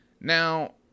Now